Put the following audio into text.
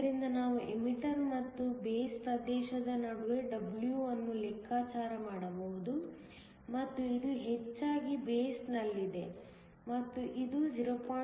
ಆದ್ದರಿಂದ ನಾವು ಎಮಿಟರ್ ಮತ್ತು ಬೇಸ್ ಪ್ರದೇಶದ ನಡುವೆ W ಅನ್ನು ಲೆಕ್ಕಾಚಾರ ಮಾಡಬಹುದು ಮತ್ತು ಇದು ಹೆಚ್ಚಾಗಿ ಬೇಸ್ನಲ್ಲಿದೆ ಮತ್ತು ಇದು 0